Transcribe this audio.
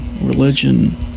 religion